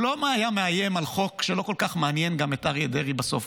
הוא לא היה מאיים על חוק שלא כל כך מעניין גם את אריה דרעי בסוף,